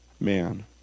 Man